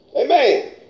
Amen